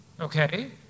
Okay